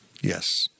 Yes